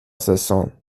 saison